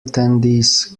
attendees